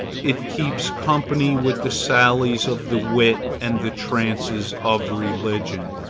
it keeps company with the sallies of the wit and the trances of religion.